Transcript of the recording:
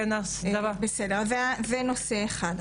זה נושא אחד.